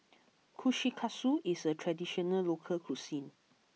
Kushikatsu is a traditional local cuisine